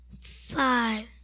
Five